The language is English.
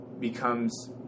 becomes